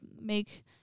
make